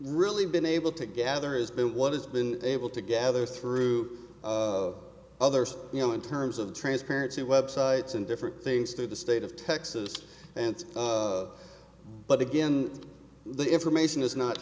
really been able to gather is been what has been able to gather through others you know in terms of transparency websites and different things to the state of texas and but again the information is not